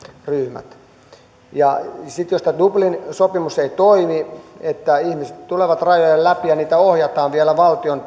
ryhmät sitten jos tämä dublin sopimus ei toimi ja ihmiset tulevat rajojen läpi ja heitä ohjataan vielä valtion